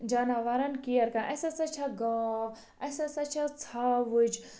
جانورَن کیَر کران اسہِ ہسا چھِ گاو اسہِ ہسا چھِ ژھاوٕج